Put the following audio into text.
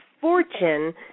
fortune